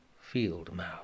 field-mouse